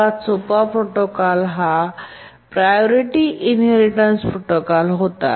सर्वात सोपा प्रोटोकॉल हा प्रायोरिटी इनहेरिटेन्स प्रोटोकॉल होता